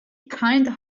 kind